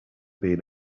being